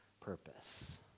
purpose